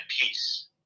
peace